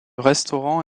restaurant